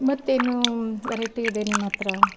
ಮತ್ತೇನು ವೆರೈಟಿ ಇದೆ ನಿಮ್ಮ ಹತ್ರ